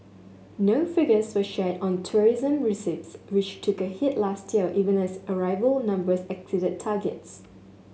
no figures were shared on tourism receipts which took a hit last year even as arrival numbers exceeded targets